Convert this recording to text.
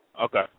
Okay